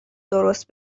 درست